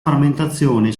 frammentazione